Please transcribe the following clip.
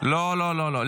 לא, לא, לא, לא.